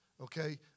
Okay